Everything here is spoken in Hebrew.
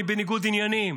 אני בניגוד עניינים.